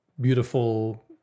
beautiful